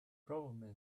problem